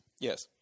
Yes